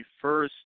first